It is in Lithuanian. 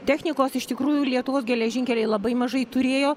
technikos iš tikrųjų lietuvos geležinkeliai labai mažai turėjo